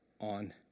on